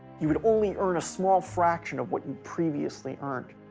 you would only earn a small fraction of what you previously earned.